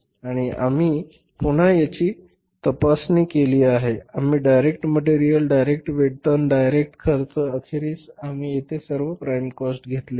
आणि आम्ही पुन्हा याची तपासणी केली आहे आम्ही डायरेक्ट मटेरियल डायरेक्ट वेतन डायरेक्ट खर्च अखेरीस आम्ही हे सर्व येथे प्राईम काॅस्ट मध्ये घेतले आहेत